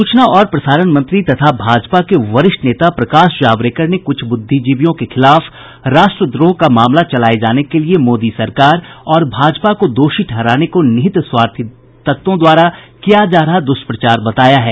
सूचना और प्रसारण मंत्री तथा भाजपा के वरिष्ठ नेता प्रकाश जावड़ेकर ने कुछ बुद्धिजीवियों के खिलाफ राष्ट्रद्रोह का मामला चलाये जाने के लिए मोदी सरकार और भाजपा को दोषी ठहराने को निहित स्वार्थों द्वारा किया जा रहा दुष्प्रचार बताया है